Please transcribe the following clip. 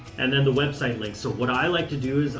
and then the website link. so what i like to do,